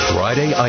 Friday